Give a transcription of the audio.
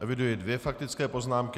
Eviduji dvě faktické poznámky.